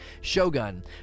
Shogun